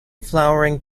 flowering